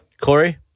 Corey